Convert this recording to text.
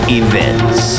events